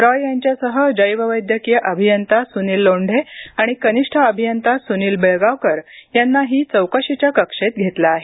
रॉय यांच्यासह जैववैद्यकीय अभियंता सुनील लोंढे आणि कनिष्ठ अभियंता सुनील बेळगावकर यांनाही चौकशीच्या कक्षेत घेतलं आहे